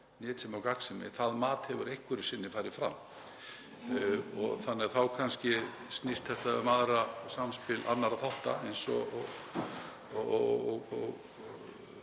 nytsemi og gagnsemi. Það mat hefur einhverju sinni farið fram þannig að þá kannski snýst þetta um samspil annarra þátta eins og